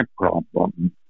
problem